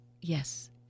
Yes